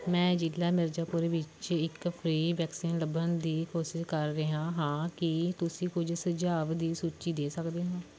ਮੈਂ ਜ਼ਿਲ੍ਹਾ ਮਿਰਜ਼ਾਪੁਰ ਵਿੱਚ ਇੱਕ ਫ੍ਰੀ ਵੈਕਸੀਨ ਲੱਭਣ ਦੀ ਕੋਸ਼ਿਸ਼ ਕਰ ਰਿਹਾ ਹਾਂ ਕੀ ਤੁਸੀਂ ਕੁਝ ਸੁਝਾਵ ਦੀ ਸੂਚੀ ਦੇ ਸਕਦੇ ਹੋ